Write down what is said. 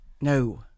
No